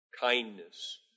kindness